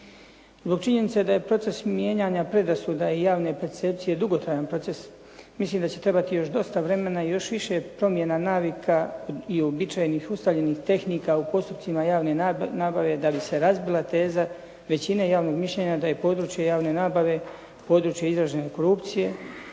Zbog činjenice da je proces mijenjanja predrasuda i javne percepcije dugotrajan proces, mislim da će trebati još dosta vremena i još više promjena navika i uobičajenih tehnika u postupcima javne nabave da bi se razbila teza većine javnog mišljenja da je područje javne nabave područje izražene korupcije,